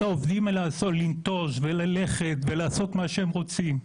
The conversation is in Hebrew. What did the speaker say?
העובדים שלא לנטוש וללכת ולעשות מה שהם רוצים,